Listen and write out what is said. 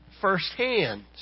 firsthand